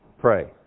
Pray